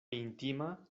intima